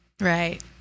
Right